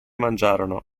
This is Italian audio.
mangiarono